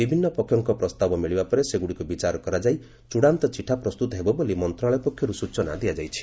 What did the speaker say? ବିଭିନ୍ନ ପକ୍ଷଙ୍କ ପ୍ରସ୍ତାବ ମିଳିବା ପରେ ସେଗୁଡ଼ିକୁ ବିଚାର କରାଯାଇ ଚୂଡ଼ାନ୍ତ ଚିଠା ପ୍ରସ୍ତୁତ ହେବ ବୋଲି ମନ୍ତ୍ରଣାଳୟ ପକ୍ଷରୁ ସୂଚନା ଦିଆଯାଇଛି